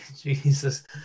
Jesus